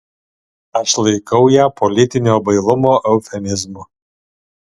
aš laikau ją politinio bailumo eufemizmu